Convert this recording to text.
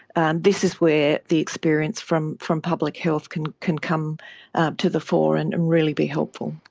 and this is where the experience from from public health can can come to the fore and and really be helpful.